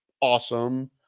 awesome